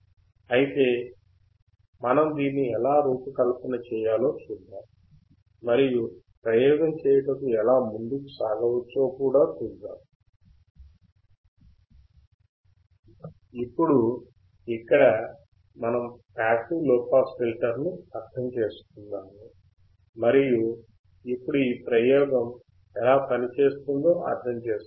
కాబట్టి మనం దీన్ని ఎలా రూపకల్పన చేయవచ్చో చూద్దాం మరియు ప్రయోగం చేయుటకు ఎలా ముందుకు సాగవచ్చో కూడా చూద్దాం ఇప్పుడు ఇక్కడ మనం పాసివ్ లోపాస్ ఫిల్టర్ను అర్థం చేసుకుందాము మరియు ఇప్పుడు ఈ ప్రయోగం ఎలా పని చేస్తుందో అర్థం చేసుకోవాలి